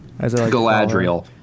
Galadriel